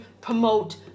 promote